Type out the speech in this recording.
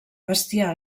bestiar